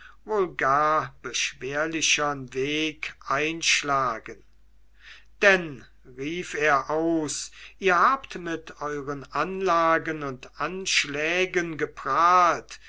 wohl gar beschwerlichern weg einschlagen denn rief er aus ihr habt mit euren anlagen und anschlägen geprahlt